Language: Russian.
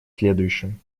следующем